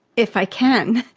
if i can.